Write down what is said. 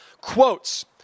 quotes